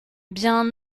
bien